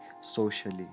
socially